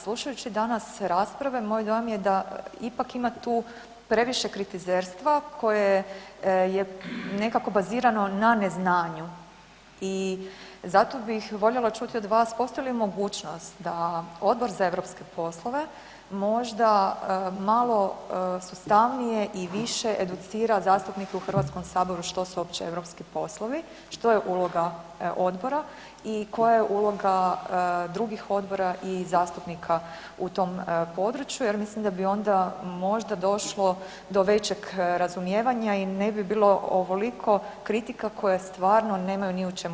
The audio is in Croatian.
Slušajući danas rasprave, moj dojam je da ipak ima tu previše kritizerstva koje je nekako bazirano na neznanju i zato bih voljela čuti od vas postoji li mogućnost da Odbor za europske poslove možda malo sustavnije i više educira zastupnike u HS-u što su uopće EU poslovi, što je uloga odbora i koja je uloga drugih odbora i zastupnika u tom području jer mislim da bi onda možda došlo do većeg razumijevanja i ne bi bilo ovoliko kritika koje stvarno nemaju ni u čemu temelja.